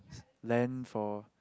land for